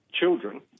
children